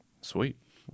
Sweet